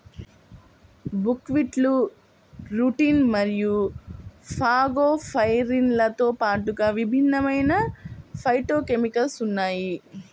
బుక్వీట్లో రుటిన్ మరియు ఫాగోపైరిన్లతో పాటుగా విభిన్నమైన ఫైటోకెమికల్స్ ఉన్నాయి